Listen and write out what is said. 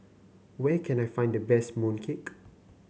where can I find the best mooncake